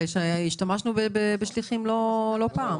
השתמשנו בשליחים לא פעם.